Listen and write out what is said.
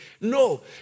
No